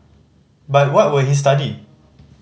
but what would he study